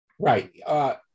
Right